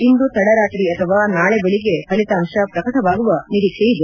ಇಂದು ತಡರಾತ್ರಿ ಅಥವಾ ನಾಳೆ ಬೆಳಿಗ್ಗೆ ಫಲಿತಾಂಶ ಪ್ರಕಟವಾಗುವ ನಿರೀಕ್ಷೆಯಿದೆ